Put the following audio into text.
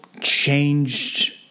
changed